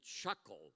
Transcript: chuckle